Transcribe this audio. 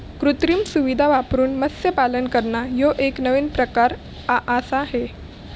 कृत्रिम सुविधां वापरून मत्स्यपालन करना ह्यो एक नवीन प्रकार आआसा हे